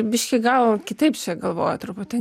biškį gal kitaip čia galvoju truputį